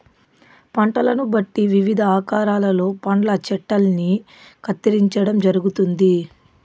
పంటలను బట్టి వివిధ ఆకారాలలో పండ్ల చెట్టల్ని కత్తిరించడం జరుగుతుంది